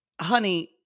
honey